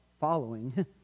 following